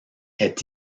est